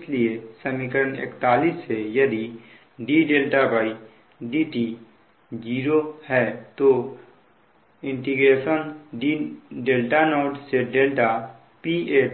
इसलिए समीकरण 41 से यदि dδdt 0 है तो 0Pa